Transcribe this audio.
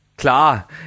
Klar